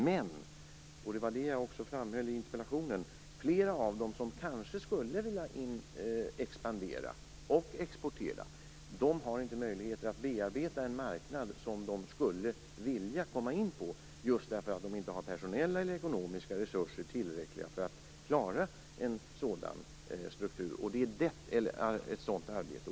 Men - och det framhöll jag också i interpellationen - flera av de företag som kanske skulle vilja expandera och exportera har inte möjligheter att bearbeta en marknad som de vill komma in på just därför att de inte har tillräckliga personella och ekonomiska resurser för att klara ett sådant arbete.